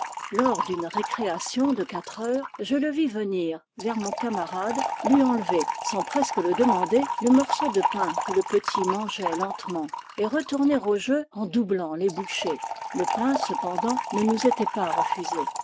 lors d'une récréation de quatre heures je le vis venir vers mon camarade lui enlever sans presque le demander le morceau de pain que le petit mangeait lentement et retourner au jeu en doublant les bouchées le pain cependant ne nous était pas refusé